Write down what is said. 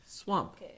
Swamp